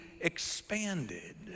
expanded